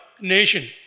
nation